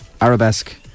arabesque